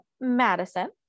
Madison